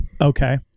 Okay